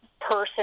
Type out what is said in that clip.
person